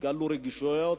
שיגלו רגישויות,